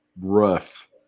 rough